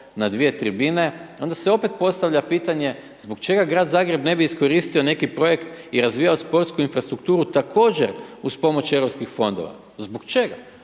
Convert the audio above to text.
na dvije tribine, onda se opet postavlja pitanje zbog čega Grad Zagreb ne bi iskoristio neki projekt i razvijao sportsku infrastrukturu također uz pomoć europskih fondova, zbog čega?